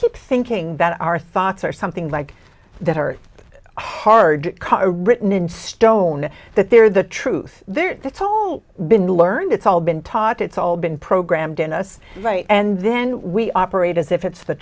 keep thinking that our thoughts are something like that are hard core written in stone that they're the truth there's this whole been learned it's all been taught it's all been programmed in us right and then we operate as if it's the